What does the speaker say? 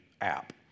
app